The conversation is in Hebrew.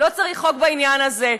לא צריך חוק בעניין הזה.